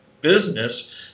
business